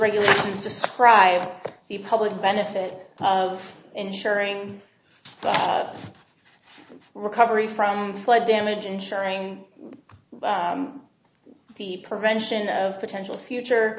regulations describe the public benefit of ensuring recovery from flood damage insuring the prevention of potential future